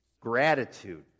gratitude